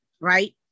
right